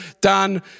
done